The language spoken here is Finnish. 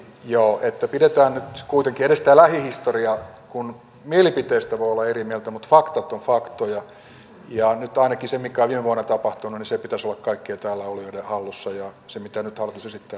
joo että pidetään nyt kuitenkin edes tämä lähihistoria kun mielipiteistä voi olla eri mieltä mutta faktat ovat faktoja ja nyt ainakin sen mikä on viime vuonna tapahtunut pitäisi olla kaikkien täällä olevien hallussa ja sen mitä nyt hallitus esittää pitäisi myös olla hallussa